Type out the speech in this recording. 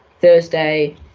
Thursday